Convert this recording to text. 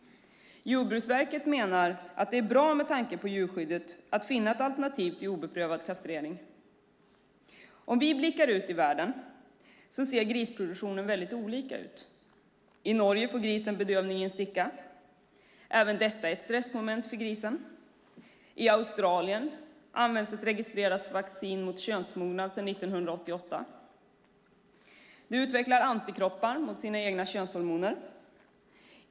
Jordbruksverket menar att det med tanke på djurskyddet är bra att finna ett alternativ till den obedövade kastreringen. Om vi blickar ut i världen ser vi att grisproduktionen ser väldigt olika ut. I Norge får grisen bedövning genom en sticka. Även detta är ett stressmoment för grisen. I Australien används ett registrerat vaccin mot könsmognad sedan 1988; djuret utvecklar antikroppar mot sina egna könshormoner.